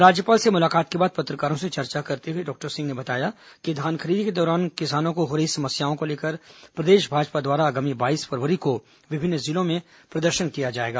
राज्यपाल से मुलाकात के बाद पत्रकारों से चर्चा करते हुए डॉक्टर सिंह ने बताया कि धान खरीदी के दौरान किसानों को हो रही समस्याओं को लेकर प्रदेश भाजपा द्वारा आगामी बाईस फरवरी को विभिन्न जिलों में प्रदर्शन किया जाएगा